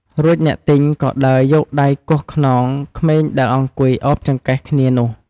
រួចអ្នកទិញក៏ដើរយកដៃគោះខ្នងក្មេងដែលអង្គុយឱបចង្កេះគ្នានោះ ។